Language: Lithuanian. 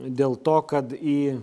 dėl to kad į